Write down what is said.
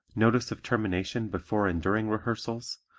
notice of termination before and during rehearsals,